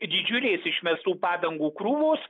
didžiulės išmestų padangų krūvos